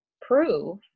prove